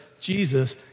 Jesus